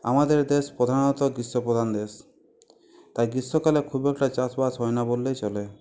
আমাদের দেশ প্রধানত গ্রীষ্মপ্রধান দেশ তাই গ্রীষ্মকালে খুব একটা চাষ বাস হয় না বললেই চলে